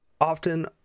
often